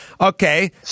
Okay